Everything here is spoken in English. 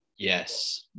Yes